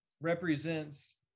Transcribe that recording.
represents